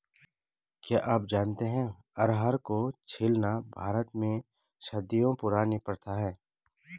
क्या आप जानते है अरहर को छीलना भारत में सदियों पुरानी प्रथा है?